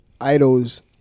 idols